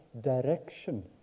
direction